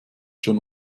schon